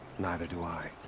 neither do i.